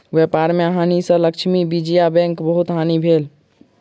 व्यापार में हानि सँ लक्ष्मी विजया बैंकक बहुत हानि भेल